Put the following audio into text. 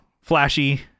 flashy